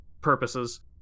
purposes